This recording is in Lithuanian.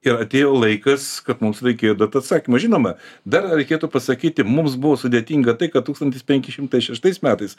ir atėjo laikas kad mums reikėjo duot atsakymą žinoma dar reikėtų pasakyti mums buvo sudėtinga tai kad tūkstantis penki šimtai šeštais metais